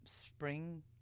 Spring